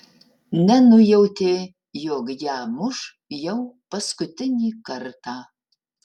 nenujautė jog ją muš jau paskutinį kartą